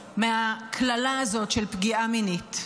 מהקללה הזאת של פגיעה מינית.